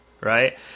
right